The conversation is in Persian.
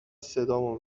صدامو